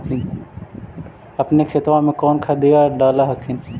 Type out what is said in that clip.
अपने खेतबा मे कौन खदिया डाल हखिन?